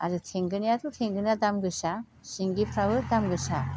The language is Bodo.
आरो थेंगोनायाथ' थेंगोना दाम गोसा सिंगिफ्राबो दाम गोसा